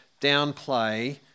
downplay